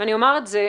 ואני אומר את זה,